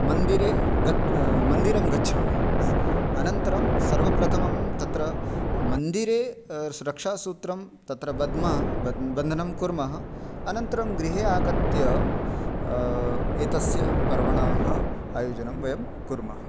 मन्दिरे गत् मन्दिरं गच्छामः अनन्तरं सर्वप्रथमं तत्र मन्दिरे रक्षासूत्रं तत्र बद्म बन्धनं कुर्मः अनन्तरं गृहे आगत्य एतस्य पर्वणः आयोजनं वयं कुर्मः